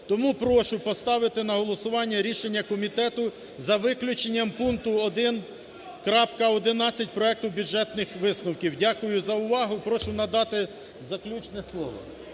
Тому прошу поставити на голосування рішення комітету, за виключенням пункту 1.11 проекту "Бюджетних висновків". Дякую за увагу. Прошу надати заключне слово.